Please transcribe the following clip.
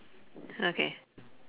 okay